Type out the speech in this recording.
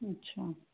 अच्छा